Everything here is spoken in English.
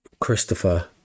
Christopher